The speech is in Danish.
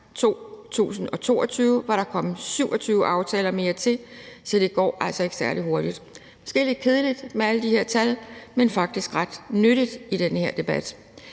2022 var der kommet 27 aftaler mere til, så det går altså ikke særlig hurtigt. Det er måske lidt kedeligt med alle de her tal, men faktisk ret nyttigt i den her debat.